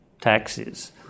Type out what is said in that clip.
taxes